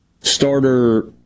Starter